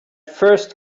first